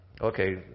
Okay